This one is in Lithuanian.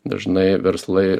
dažnai verslai